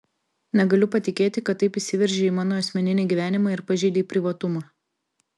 negaliu patikėti kad taip įsiveržei į mano asmeninį gyvenimą ir pažeidei privatumą